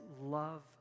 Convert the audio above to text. love